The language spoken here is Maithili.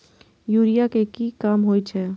यूरिया के की काम होई छै?